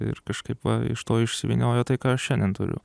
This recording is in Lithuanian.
ir kažkaip va iš to išsivyniojo tai ką šiandien turiu